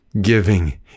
giving